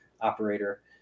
operator